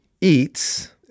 eats